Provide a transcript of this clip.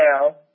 now